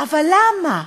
אבל למה?